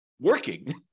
working